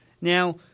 Now